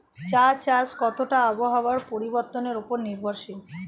চা চাষ কতটা আবহাওয়ার পরিবর্তন উপর নির্ভরশীল?